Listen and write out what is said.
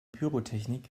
pyrotechnik